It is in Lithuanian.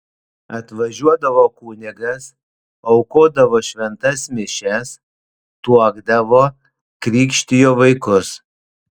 atvažiuodavo kunigas aukodavo šventas mišias tuokdavo krikštijo vaikus